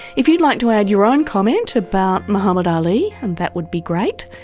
if you'd like to add your own comment about muhammad ali, and that would be great,